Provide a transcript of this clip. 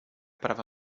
prawa